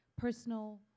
personal